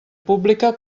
pública